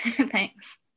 Thanks